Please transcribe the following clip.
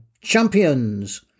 champions